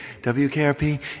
WKRP